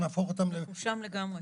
אנחנו שם לגמרי.